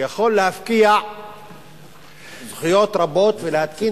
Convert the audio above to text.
שיכול להפקיע זכויות רבות ולהתקין